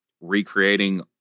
recreating